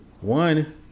one